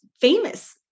famous